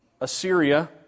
Assyria